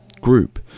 group